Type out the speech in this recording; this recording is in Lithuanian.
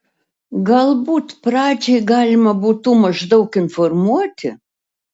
galbūt pradžiai galima būtų maždaug informuoti